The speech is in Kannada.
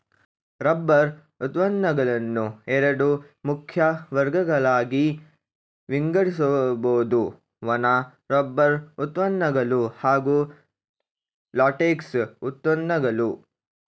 ರಬ್ಬರ್ ಉತ್ಪನ್ನಗಳನ್ನು ಎರಡು ಮುಖ್ಯ ವರ್ಗಗಳಾಗಿ ವಿಂಗಡಿಸ್ಬೋದು ಒಣ ರಬ್ಬರ್ ಉತ್ಪನ್ನಗಳು ಹಾಗೂ ಲ್ಯಾಟೆಕ್ಸ್ ಉತ್ಪನ್ನಗಳು